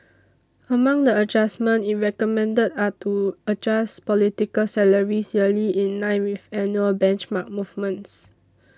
among the adjustments it recommended are to adjust political salaries yearly in line with annual benchmark movements